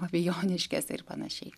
fabijoniškėse ir panašiai